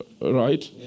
Right